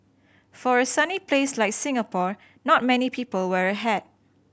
for a sunny place like Singapore not many people wear a hat